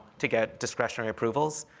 to get discretionary approvals.